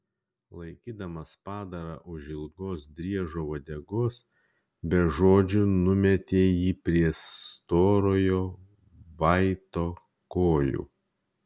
laikydamas padarą už ilgos driežo uodegos be žodžių numetė jį prie storojo vaito kojų